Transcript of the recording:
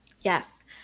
yes